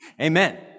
Amen